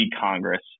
Congress